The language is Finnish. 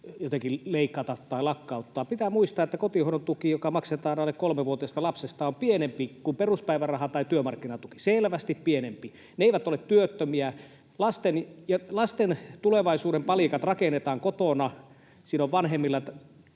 jotenkin leikata tai lakkauttaa. Pitää muistaa, että kotihoidon tuki, joka maksetaan alle kolmevuotiaasta lapsesta, on pienempi kuin peruspäiväraha tai työmarkkinatuki, selvästi pienempi. He eivät ole työttömiä. Lasten tulevaisuuden palikat rakennetaan kotona. Siinä on vanhemmilla